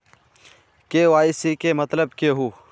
KYC के मतलब केहू?